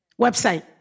website